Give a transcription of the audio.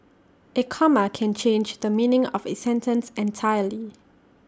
A comma can change the meaning of A sentence entirely